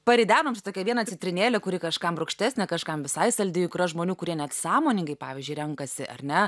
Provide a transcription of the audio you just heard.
paridenom čia tokią vieną citrinėlę kuri kažkam rūgštesnė kažkam visai saldi juk yra žmonių kurie net sąmoningai pavyzdžiui renkasi ar ne